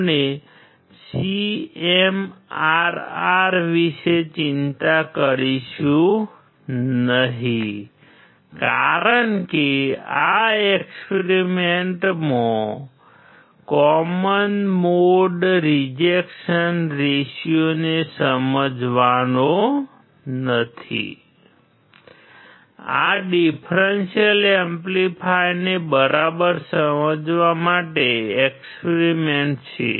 આપણે CMRR વિશે ચિંતા કરીશું નહીં કારણ કે આ એક્સપેરિમેન્ટમાં કોમન મોડ રિજેક્શન રેશિયોને સમજવાનો નથી આ ડીફ્રેન્શિઅલ એમ્પ્લીફાયરને બરાબર સમજવા માટે એક્સપેરિમેન્ટ છે